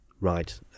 Right